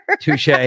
Touche